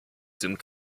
zum